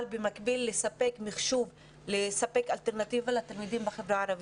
במקביל לספק מחשוב ולספק אלטרנטיבה לתלמידים בחברה הערבית.